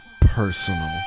personal